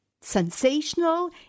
sensational